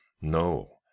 No